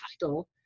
title